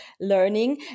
learning